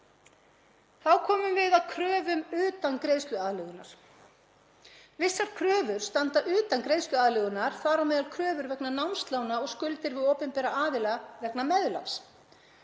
Þá komum við að kröfum utan greiðsluaðlögunar. Vissar kröfur standa utan greiðsluaðlögunar, þar á meðal kröfur vegna námslána og skuldir við opinbera aðila vegna meðlags.